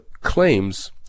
claims